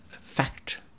fact